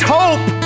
hope